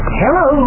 hello